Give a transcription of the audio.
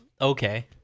Okay